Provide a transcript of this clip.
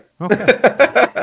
Okay